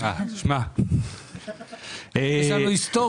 יש לנו היסטוריה.